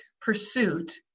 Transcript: pursuit